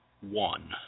one